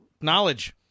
knowledge